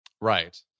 Right